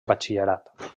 batxillerat